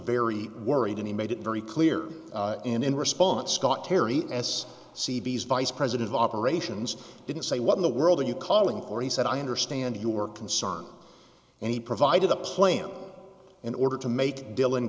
very worried and he made it very clear in response scott terry s c v's vice president of operations didn't say what in the world are you calling for he said i understand your concern and he provided the plan in order to make dylan